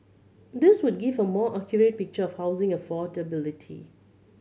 these would give a more accurate picture of housing affordability